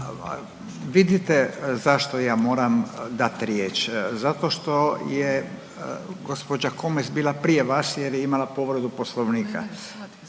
Vidite zašto ja moram dat riječ, zato što je gospođa Komes bila prije vas jer je imala povredu Poslovnika.